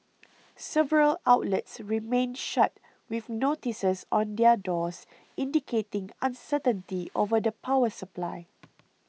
several outlets remained shut with notices on their doors indicating uncertainty over the power supply